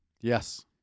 Yes